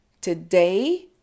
today